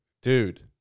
dude